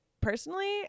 Personally